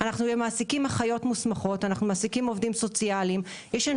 מעסיקים אחיות מוסמכות ועובדים סוציאליים; יש לנו